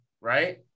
right